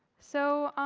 so